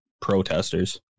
protesters